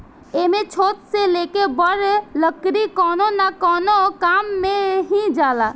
एमे छोट से लेके बड़ लकड़ी कवनो न कवनो काम मे ही जाला